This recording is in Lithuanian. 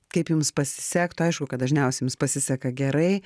kaip jums pasisektų aišku kad dažniausiai jums pasiseka gerai